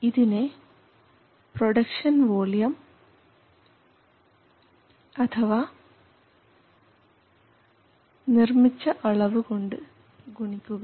ഇതിനെ production volume അല്ലെങ്കിൽ നിർമിച്ച അളവ്കൊണ്ട് ഗുണിക്കുക